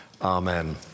Amen